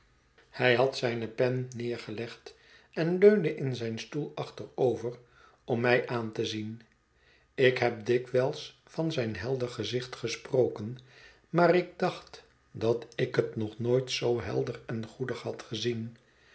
hij had zijne pen neergelegd en leunde in zijn stoel achterover om mij aan te zien ik heb dikwijls van zijn helder gezicht gesproken maar ik dacht dat ik het nog nooit zoo helder én goedig had gezien